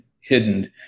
hidden